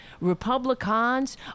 Republicans